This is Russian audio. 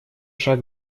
шаг